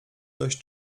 dość